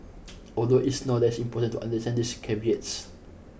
although it's no less important to understand these caveats